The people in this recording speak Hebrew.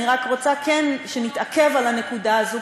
אני רק רוצה כן שנתעכב על הנקודה הזאת,